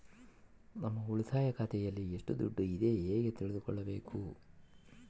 ನಮ್ಮ ಉಳಿತಾಯ ಖಾತೆಯಲ್ಲಿ ಎಷ್ಟು ದುಡ್ಡು ಇದೆ ಹೇಗೆ ತಿಳಿದುಕೊಳ್ಳಬೇಕು?